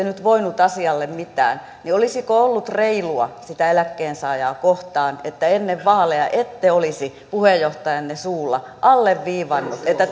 nyt voineet asialle mitään ollut reilua sitä eläkkeensaajaa kohtaan että ennen vaaleja ette olisi puheenjohtajanne suulla alleviivanneet että